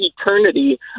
eternity